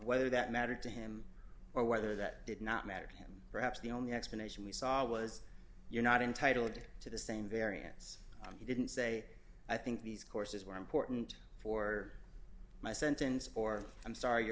whether that mattered to him or whether that did not matter to him perhaps the only explanation we saw was you're not entitled to the same variance you didn't say i think these courses were important for my sentence or i'm sorry your